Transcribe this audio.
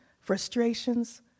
frustrations